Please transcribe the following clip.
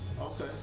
okay